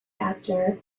after